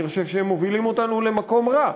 אני חושב שהם מובילים אותנו למקום רע.